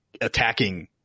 attacking